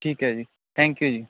ਠੀਕ ਹੈ ਜੀ ਥੈਂਕਯੂ ਜੀ